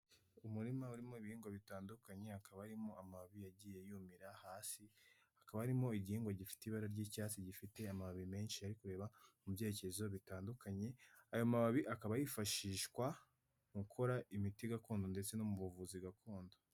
Umurima urimo ibihingwa bitandukanye, hakaba arimo amababi yagiye yumira hasi, hakaba harimo igihingwa gifite ibara ry'icyatsi, gifite amababi menshi ari kureba mu byerekezo bitandukanye, aya mababi akaba yifashishwa mu gukora imiti gakondo ndetse no mu buvuzi gakondo.